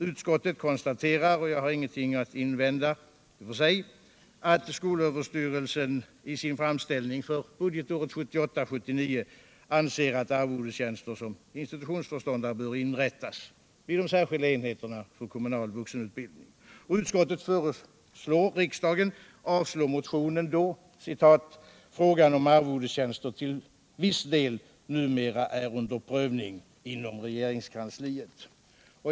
Utskottet konstaterar — jag har inte i och för sig någonting att invända mot det — att skolöverstyrelsen i sin anslagsframställning för 1978/79 anser att arvodestjänster som institutionsföreståndare bör inrättas vid de särskilda enheterna för kommunal vuxenutbildning. Utskottet föreslår riksdagen att avslå motionen då ”frågan om arvodestjänster till viss del numera är under prövning inom regeringskansliet”.